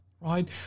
right